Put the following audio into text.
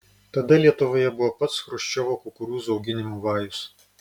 tada lietuvoje buvo pats chruščiovo kukurūzų auginimo vajus